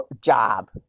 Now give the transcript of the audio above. job